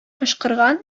кычкырган